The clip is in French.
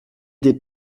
des